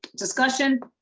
discussion.